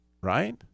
right